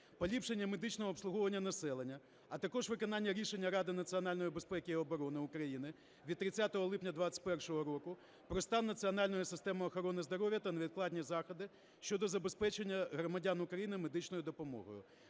поліпшення медичного обслуговування населення, а також виконання рішення Ради національної безпеки і оборони України від 30 липня 21-го року "Про стан національної системи охорони здоров'я та невідкладні заходи щодо забезпечення громадян України медичною допомогою",